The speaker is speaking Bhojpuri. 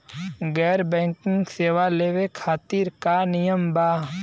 गैर बैंकिंग सेवा लेवे खातिर का नियम बा?